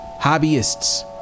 hobbyists